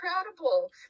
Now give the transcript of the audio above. incredible